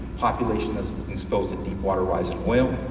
population as exposed to deep water horizon oil,